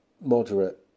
moderate